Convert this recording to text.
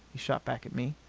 he shot back at me.